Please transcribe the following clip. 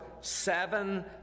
seven